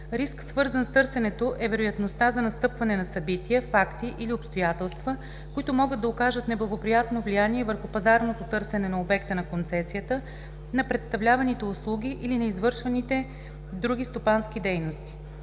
Риск, свързан с търсенето, е вероятността за настъпване на събития, факти или обстоятелства, които могат да окажат неблагоприятно влияние върху пазарното търсене на обекта на концесията, на предоставяните услуги или на извършваните други стопански дейности.